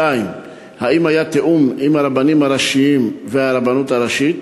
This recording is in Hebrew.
2. האם היה תיאום עם הרבנים הראשיים והרבנות הראשית?